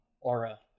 aura